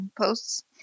posts